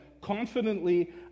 confidently